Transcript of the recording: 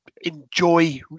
enjoy